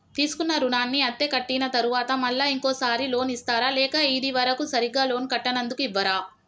తీసుకున్న రుణాన్ని అత్తే కట్టిన తరువాత మళ్ళా ఇంకో సారి లోన్ ఇస్తారా లేక ఇది వరకు సరిగ్గా లోన్ కట్టనందుకు ఇవ్వరా?